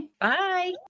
Bye